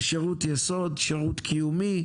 זה שירות יסוד, שירות קיומי,